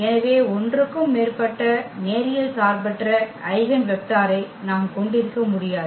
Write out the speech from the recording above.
எனவே 1 க்கும் மேற்பட்ட நேரியல் சார்பற்ற ஐகென் வெக்டரை நாம் கொண்டிருக்க முடியாது